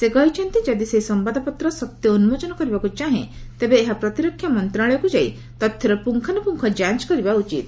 ସେ କହିଛନ୍ତି ଯଦି ସେହି ସମ୍ଭାଦପତ୍ର ସତ୍ୟ ଉନ୍ମୋଚନ କରିବାକୁ ଚାହେଁ ତେବେ ଏହା ପ୍ରତିରକ୍ଷା ମନ୍ତ୍ରଣାଳୟକୁ ଯାଇ ତଥ୍ୟର ପୁଙ୍ଗାନୁପୁଙ୍ଗ ଯାଞ୍ଚ କରିବା ଉଚିତ୍